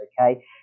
okay